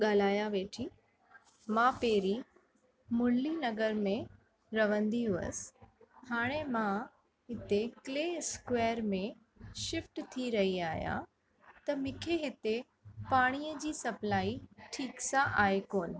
ॻाल्हायां वेठी मां पहिरीं मुरली नगर में रहंदी हुअसि हाणे मां हिते क्ले स्क्वैर में शिफ्ट थी रही आहियां त मूंखे हिते पाणीअ जी सप्लाई ठीकु सां आहे कोन्ह